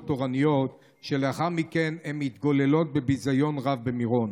תורניות שלאחר מכן הן מתגוללות בביזיון רב במירון.